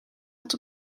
het